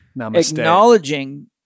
acknowledging